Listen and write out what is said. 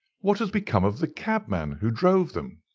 what has become of the cabman who drove them?